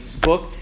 book